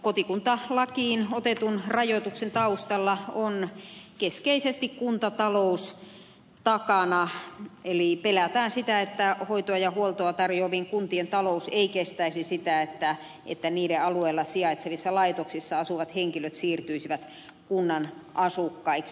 kotikuntalakiin otetun rajoituksen taustalla on keskeisesti kuntatalous takana eli pelätään sitä että hoitoa ja huoltoa tarjoavien kuntien talous ei kestäisi sitä että niiden alueella sijaitsevissa laitoksissa asuvat henkilöt siirtyisivät kunnan asukkaiksi